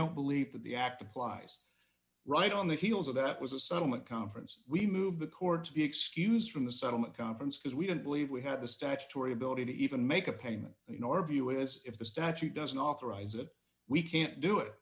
don't believe that the act applies right on the heels of that was a settlement conference we move the court to be excused from the settlement conference because we don't believe we have the statutory ability to even make a payment you know our view is if the statute doesn't authorize it we can't do it